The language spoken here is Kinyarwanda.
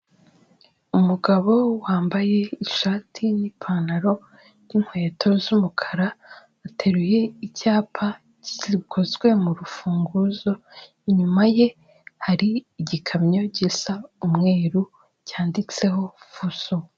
Umugabo wambaye ishati n'ipantaro n'inkweto z'umukara, ateruye icyapa gikozwe mu rufunguzo, inyuma ye hari igikamyo gisa umweru cyanditseho fuso.